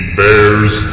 bears